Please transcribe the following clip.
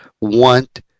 want